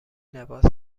لباس